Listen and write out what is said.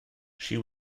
she